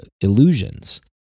illusions